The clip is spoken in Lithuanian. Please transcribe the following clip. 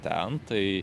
ten tai